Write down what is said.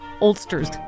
oldsters